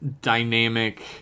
dynamic